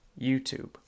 YouTube